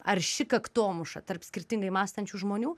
arši kaktomuša tarp skirtingai mąstančių žmonių